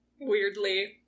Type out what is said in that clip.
weirdly